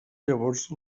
llavors